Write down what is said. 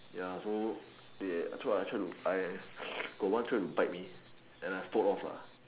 ya so they so I tried to I got one tried to bite me and then I fought off lah